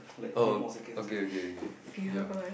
oh okay okay okay ya